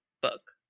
book